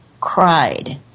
cried